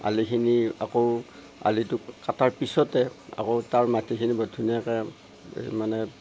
আলিখিনি আকৌ আলিটো কটাৰ পিছতে আকৌ তাৰ মাটিখিনি বৰ ধুনীয়াকে এ মানে